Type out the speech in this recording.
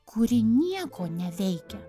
kuri nieko neveikia